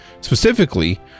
Specifically